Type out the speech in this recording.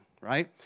Right